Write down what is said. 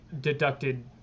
deducted